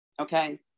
okay